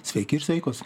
sveiki ir sveikos